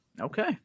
okay